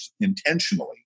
intentionally